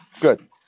good